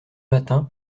matin